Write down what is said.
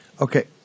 okay